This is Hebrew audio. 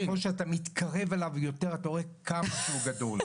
ככל שאתה מתקרב אליו יותר אתה רואה כמה שהוא גדול,